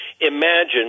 imagine